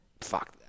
fuck